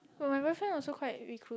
but my boyfriend also quite recluse